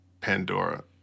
Pandora